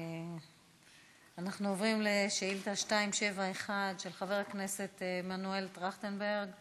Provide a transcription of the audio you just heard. אנחנו עוברים לשאילתה 271 של חבר הכנסת מנואל טרכטנברג.